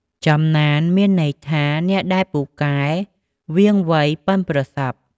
ចំណាន មានន័យថា អ្នកដែលពូកែ វាងវៃ បុិនប្រសប់ ។